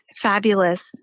fabulous